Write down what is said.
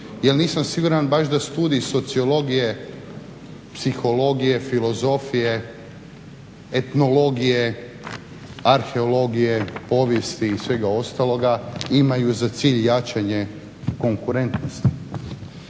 Ja nisam siguran baš da studij sociologije, psihologije, filozofije, etnologije, arheologije, povijesti i svega ostaloga imaju za cilj jačanje konkurentnosti.